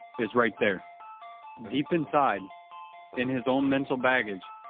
is right there deep inside in his own mental baggage,